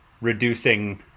reducing